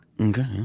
Okay